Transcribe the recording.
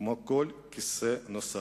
כמו כל כיסא נוסף.